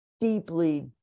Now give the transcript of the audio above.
deeply